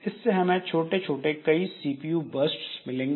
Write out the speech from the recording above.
इससे हमें छोटे छोटे कई सीपीयू बर्स्ट्स मिलेंगे